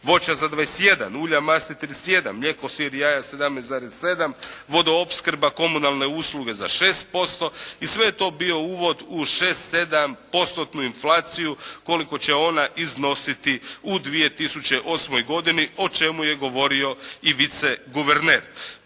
voća za 21, ulja, masti za 31, mlijeko, sir i jaja 17,7, vodoopskrba, komunalne usluge za 6% i sve je to bio uvod u šest, sedam postotnu inflaciju koliko će ona iznositi u 2008. godini o čemu je govorio i viceguverner.